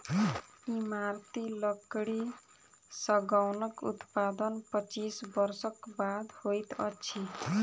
इमारती लकड़ी सागौनक उत्पादन पच्चीस वर्षक बाद होइत अछि